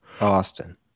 austin